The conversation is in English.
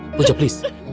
we'll present